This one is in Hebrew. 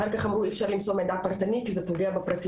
אחר כך אמרו שאי אפשר למסור מידע פרטני כי זה פוגע בפרטיות,